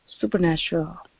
supernatural